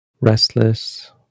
restless